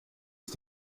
ist